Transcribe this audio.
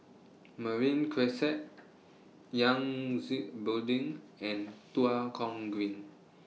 Marine Crescent Yangtze Building and Tua Kong Green